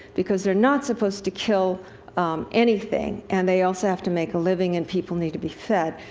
because they're not supposed to kill anything. and they also have to make a living, and people need to be fed.